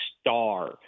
star